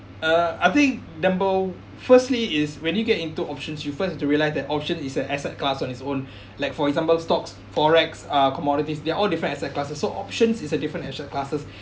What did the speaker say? uh I think da~ firstly is when you get into options you first have to realise the option is an asset class on it's own like for example stocks forex uh commodities they're all different asset classes so options is a different asset classes